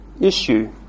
issue